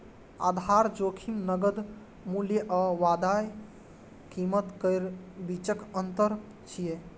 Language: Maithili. आधार जोखिम नकद मूल्य आ वायदा कीमत केर बीचक अंतर छियै